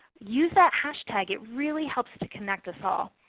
use that hashtag, it really helps to connect us all.